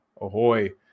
Ahoy